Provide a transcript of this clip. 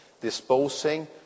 disposing